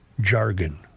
jargon